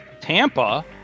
tampa